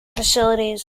facilities